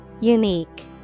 Unique